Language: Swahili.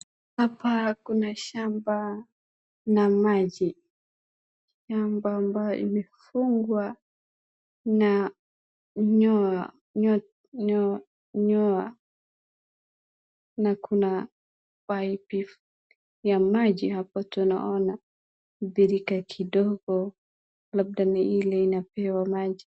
Hapa kuna shamba, na maji. Shamba ambayo imefungwa na nyoa, nyoa, na kuna paipu ya maji hapa tunaona, birika kidogo labda ni ile inapewa maji.